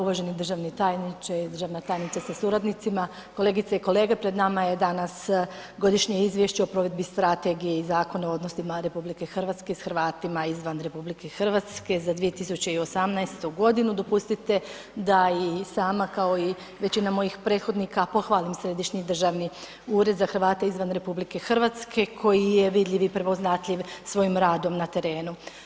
Uvaženi državni tajniče i državna tajnica sa suradnicima, kolegice i kolege pred nama je danas Godišnje izvješće o provedbi Strategije i Zakona o odnosima RH s Hrvatima izvan RH za 2018. godinu, dopustite da i sama kao i većina mojih prethodnika pohvalim Središnji državni ured za Hrvate izvan RH koji je vidljiv i prepoznatljiv svojim radom na terenu.